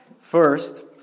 First